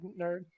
Nerd